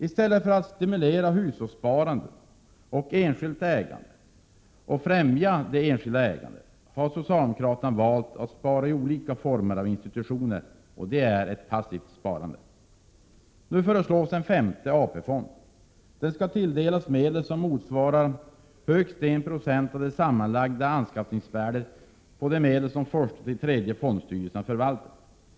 I stället för att stimulera hushållssparandet och enskilt ägande och främja det enskilda ägandet har socialdemokraterna valt att spara i olika former av institutioner. Det är ett passivt sparande. Nu föreslås en femte AP-fond. Den skall tilldelas medel som motsvarar högst 1 96 av det sammanlagda anskaffningsvärdet av de medel som första till tredje fondstyrelserna förvaltar.